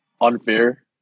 unfair